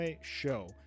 Show